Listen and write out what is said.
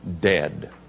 dead